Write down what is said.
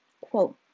quote